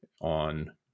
on